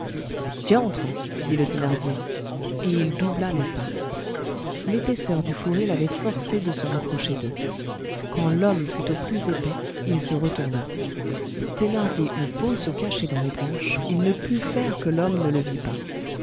diantre dit le thénardier et il doubla le pas l'épaisseur du fourré l'avait forcé de se rapprocher d'eux quand l'homme fut au plus épais il se retourna thénardier eut beau se cacher dans les branches il ne put faire que l'homme ne le vît pas